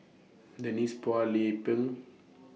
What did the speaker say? Denise Phua Lay Peng